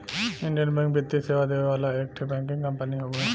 Indian bank वित्तीय सेवा देवे वाला एक ठे बैंकिंग कंपनी हउवे